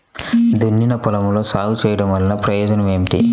దున్నిన పొలంలో సాగు చేయడం వల్ల ప్రయోజనం ఏమిటి?